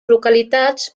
localitats